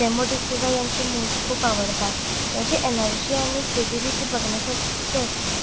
रेमो डिसूजा यांचे मूव्ज खूप आवडतात त्यांची एनर्जी आणि फ्लुडिडिटी बघण्यासारखी असते